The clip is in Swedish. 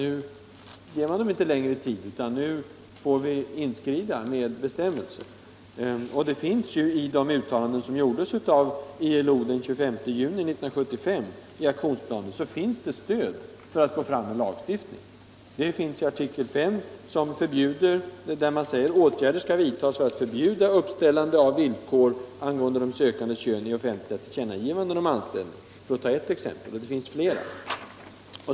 Nu borde det vara dags att inskrida med bestämmelser och inte ge. dem längre tid. I det uttalande som gjordes av ILO i aktionsplanen den 25 Juni 1975 finns det stöd för en lagstiftning. I artikel 5 säger man t.ex. att åtgärder skall vidtas för att förbjuda uppställande av villkor angående de sökandes kön vid offentliga tillkännagivanden om anställning, dvs. platsannonser, för att ta ett exempel. Det finns flera.